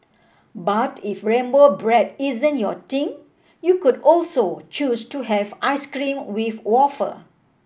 but if rainbow bread isn't your thing you could also choose to have ice cream with wafer